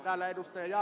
täällä ed